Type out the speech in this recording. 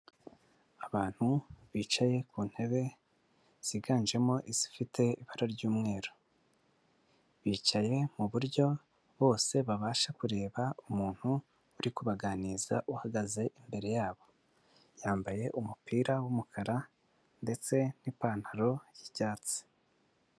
Abantu bicaye ku ntebe, ziganjemo izifite ibara ry'umweru. Bicaye mu buryo bose babasha kureba umuntu uri kubaganiriza uhagaze imbere yabo. Yambaye umupira w'umukara ndetse n'ipantaro y'icyatsi.